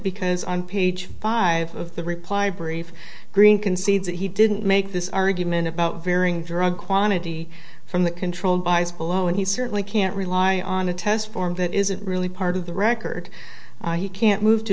because on page five of the reply brief greene concedes that he didn't make this argument about varying drug quantity from the control by school and he certainly can't rely on a test form that isn't really part of the record he can't move to